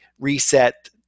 reset